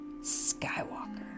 Skywalker